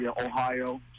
Ohio